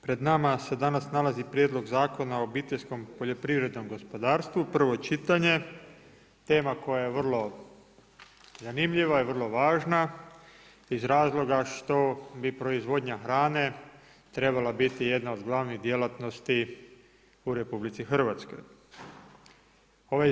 Pred nama se danas nalazi Prijedlog zakona o obiteljskom poljoprivrednom gospodarstvu, prvo čitanje, tema koja je vrlo zanimljiva i vrlo važna iz razloga što bi proizvodnja hrane trebala biti jedna od glavnih djelatnosti u Republici Hrvatskoj.